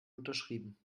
unterschrieben